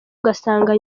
ugasanga